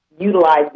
utilize